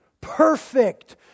perfect